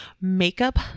makeup